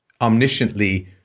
omnisciently